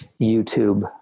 youtube